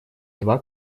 два